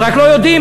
הם רק לא יודעים,